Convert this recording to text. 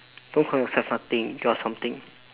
don't call yourself nothing you are something